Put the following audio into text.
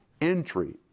entry